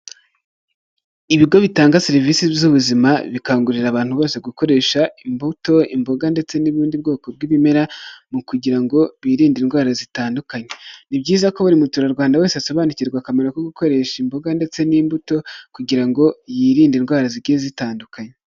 Ibigo bitanga serivisi z'ubuzima bikangurira abantu bose gukoresha imbuto, imboga, ndetse n'ubundi bwoko bw'ibimera mu kugira ngo birinde indwara zitandukanye. Ni byiza ko buri muturarwanda wese asobanukirwa akamaro ko gukoresha imboga ndetse n'imbuto kugira ngo yirinde indwara zigiye zitandukanye.